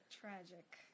tragic